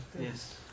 Yes